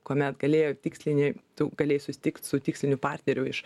kuomet galėjo tikslinį tu galėjai susitikt su tiksliniu partneriu iš